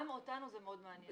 גם אותנו זה מאוד מעניין.